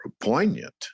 poignant